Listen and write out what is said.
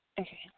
Okay